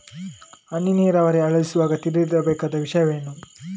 ಹನಿ ನೀರಾವರಿ ಅಳವಡಿಸುವಾಗ ತಿಳಿದಿರಬೇಕಾದ ವಿಷಯವೇನು?